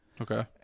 Okay